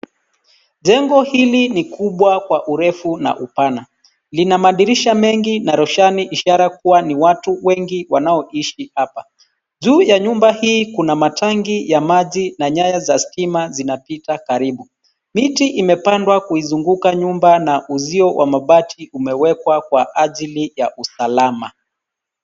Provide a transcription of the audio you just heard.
Jengi hili ni kubwa kwa urefu na upana. Lina madirisha mengi na roshani ishara kuwa ni watu wengi wanaoishi hapa. Juu ya nyumba hii kuna matangi ya maji na nyaya za stima zinapita karibu. Miti imepandwa kuizunguka nyumba na uzio wa mabati umewekwa kwa ajili ya usalama.